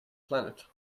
planet